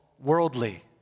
worldly